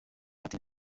ati